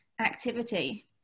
activity